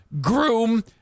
Groom